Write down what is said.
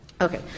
Okay